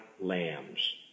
lambs